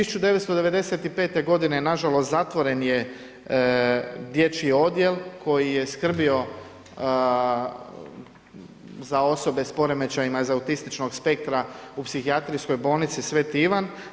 1995. godine nažalost zatvoren je dječji odjel koji je skrbio za osobe s poremećajima iz autističnog spektra u psihijatrijskog bolnici Sveti Ivan.